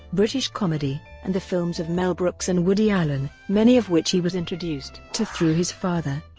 british comedy, and the films of mel brooks and woody allen, many of which he was introduced to through his father.